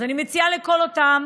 אז אני מציעה לכל אותם